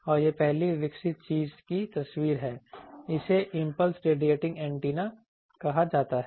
और यह पहली विकसित चीज की तस्वीर है इसे इंपल्स रेडिएटिंग एंटीना कहा जाता है